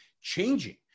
changing